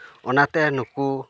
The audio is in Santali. ᱚᱱᱟᱛᱮ ᱱᱩᱠᱩ